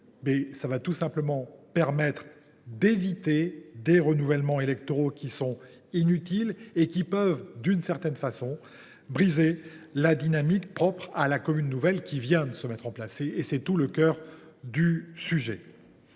» va tout simplement permettre d’éviter des renouvellements électoraux qui sont inutiles et qui peuvent, d’une certaine façon, briser la dynamique propre à la commune nouvelle qui vient de se mettre en place. C’est tout le cœur du sujet.